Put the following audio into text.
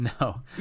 No